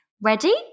Ready